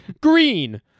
Green